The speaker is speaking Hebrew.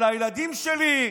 על הילדים שלי?